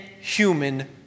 human